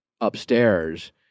upstairs